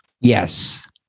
Yes